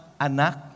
anak